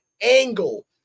angle